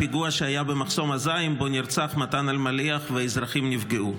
הפיגוע שהיה במחסום א-זעים שבו נרצח מתן אלמליח ואזרחים נפגעו.